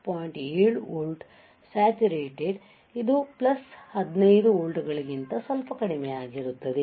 7 volt saturated ಇದು 15 ವೋಲ್ಟ್ಗಳಿಗಿಂತ ಸ್ವಲ್ಪ ಕಡಿಮೆಯಾಗಿರುತ್ತದೆ